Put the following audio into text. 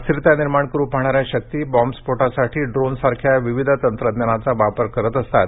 अस्थिरता निर्माण करु पाहणान्या शक्ती बॉम्ब स्फोटासाठी ड्रोनसारख्या वेगवेगळया तंत्रज्ञानाचा वापर करत असतात